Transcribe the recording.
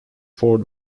fort